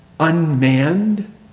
unmanned